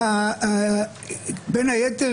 בין היתר,